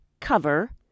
cover